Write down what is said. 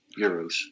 euros